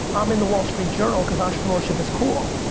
i'm in the wall street journal cause entrepreneurship is cool.